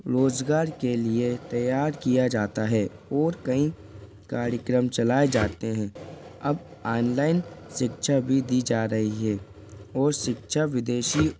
रोज़गार के लिए तैयार किया जाता है और कई कार्यक्रम चलाए जाते हैं अब आनलाइन शिक्षा भी दी जा रही है और शिक्षा विदेशी